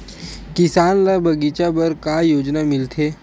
किसान ल बगीचा बर का योजना मिलथे?